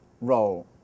role